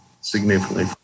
significantly